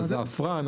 על הזעפרן,